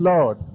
Lord